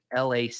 LAC